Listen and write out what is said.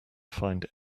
find